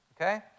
okay